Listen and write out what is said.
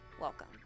Welcome